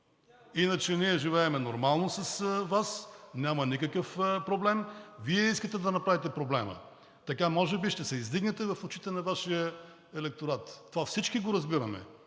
Иначе ние живеем нормално с Вас, няма никакъв проблем, Вие искате да направите проблема. Така може би ще се издигнете в очите на Вашия електорат. Това всички го разбираме,